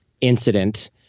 incident